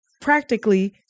practically